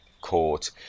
court